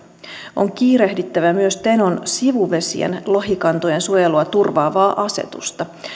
on kiirehdittävä myös tenon sivuvesien lohikantojen suojelua turvaavaa asetusta